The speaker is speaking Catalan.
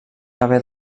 haver